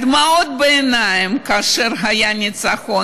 על הדמעות בעיניים כאשר היה ניצחון,